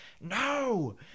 no